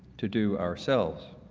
to do ourselves.